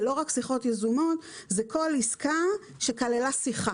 זה לא רק שיחות יזומות, זה כל עסקה שכללה שיחה